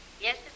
Yes